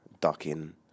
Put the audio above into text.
Ducking